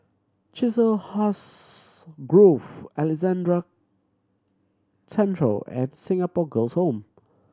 Chiselhurst Grove Alexandra Central and Singapore Girls' Home